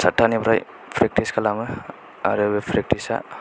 साथथानिफ्राय फ्रेकथिस खालामो आरो बे फ्रेकथिस आ